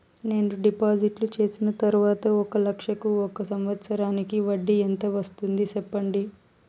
నేను డిపాజిట్లు చేసిన తర్వాత ఒక లక్ష కు ఒక సంవత్సరానికి వడ్డీ ఎంత వస్తుంది? సెప్పండి?